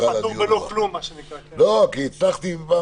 אם לא, זה יהיה בדיון הבא